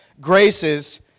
graces